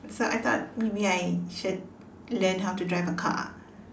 so I thought maybe I should learn how to drive a car